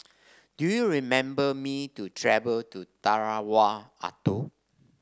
do you remember me to travel to Tarawa Atoll